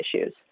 issues